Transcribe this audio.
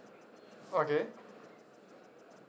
okay